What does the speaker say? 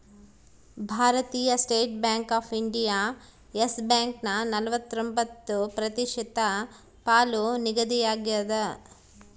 ಭಾರತೀಯ State Bank of India Yes ಬ್ಯಾಂಕನ ನಲವತ್ರೊಂಬತ್ತು ಪ್ರತಿಶತ ಪಾಲು ನಿಗದಿಯಾಗ್ಯದ